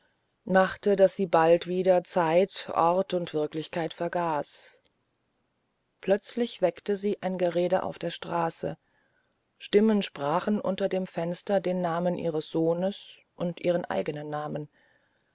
machte daß sie bald wieder zeit ort und wirklichkeit vergaß plötzlich weckte sie ein gerede auf der straße stimmen sprachen unter dem fenster den namen ihres sohnes und ihren eigenen namen